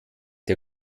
der